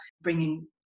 bringing